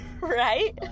Right